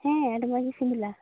ᱦᱮᱸ ᱟᱹᱰᱤ ᱢᱚᱸᱡᱽ ᱜᱮ ᱥᱤᱵᱤᱞᱟ